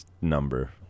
number